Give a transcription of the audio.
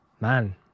man